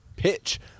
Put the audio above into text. pitch